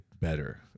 better